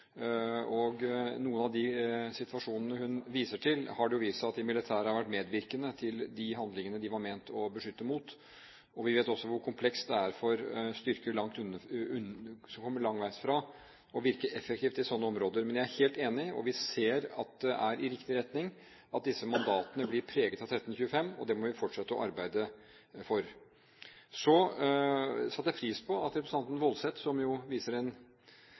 noen av de situasjonene hun viser til, har det vist seg at de militære har vært medvirkende til de handlingene de var ment å skulle beskytte mot. Vi vet også hvor komplekst det er for styrker som kommer langveisfra, å virke effektivt i slike områder. Men jeg er helt enig, og vi ser at det er i riktig retning at disse mandatene blir preget av 1325. Det må vi fortsette å arbeide for. Så satte jeg pris på at representanten Woldseth – som jo viser en